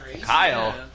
Kyle